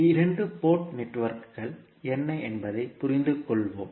இரண்டு போர்ட் நெட்வொர்க்குகள் என்ன என்பதைப் புரிந்துகொள்வோம்